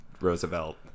Roosevelt